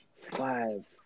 Five